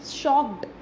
shocked